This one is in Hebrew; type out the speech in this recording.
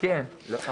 טוב.